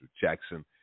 jackson